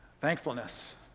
thankfulness